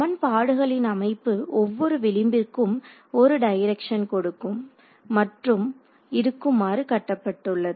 சமன்பாடுகளின் அமைப்பு ஒவ்வொரு விளிம்பிற்கும் ஒரு டைரக்சன் மட்டும் இருக்குமாறு கட்டப்பட்டுள்ளது